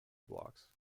blocks